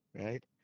right